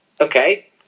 Okay